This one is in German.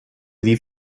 sie